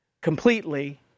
completely